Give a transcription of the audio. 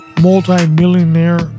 multi-millionaire